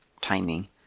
timing